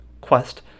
quest